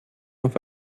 auf